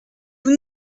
vous